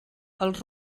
els